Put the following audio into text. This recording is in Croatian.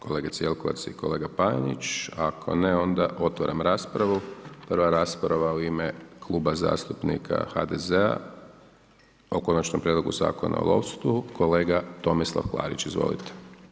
Kolegica Jelkovac i kolega Panenić, ako ne onda otvaram raspravu, prva rasprava u ime Kluba zastupnika HDZ-a o Konačnom prijedloga Zakona o lovstvu, kolega Tomislav Klarić, izvolite.